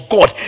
God